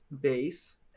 base